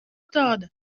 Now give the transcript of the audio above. tāda